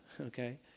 okay